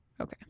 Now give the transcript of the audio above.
okay